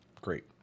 Great